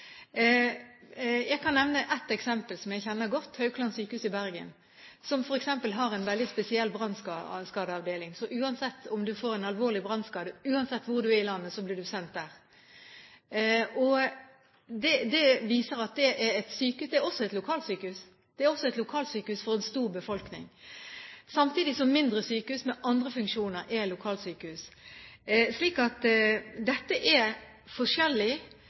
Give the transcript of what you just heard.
Jeg kan nevne ett eksempel som jeg kjenner godt, Haukeland sykehus i Bergen, som f.eks. har en veldig spesiell brannskadeavdeling. Om man får en alvorlig brannskade, blir man sendt dit uansett hvor man er i landet. Det er også et lokalsykehus for en stor befolkning, samtidig som mindre sykehus med andre funksjoner er lokalsykehus, slik at dette er forskjellig.